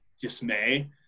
dismay